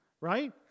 right